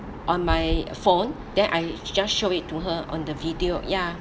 on my phone then I just show it to her on the video ya